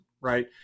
right